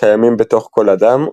קיימים בתוך כל אדם,